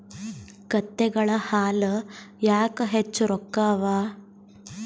ಕತ್ತೆಗಳ ಹಾಲ ಯಾಕ ಹೆಚ್ಚ ರೊಕ್ಕ ಅವಾ?